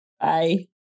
Bye